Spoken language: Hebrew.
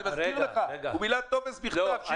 אני מזכיר לך, הוא מילא טופס בכתב.